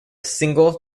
single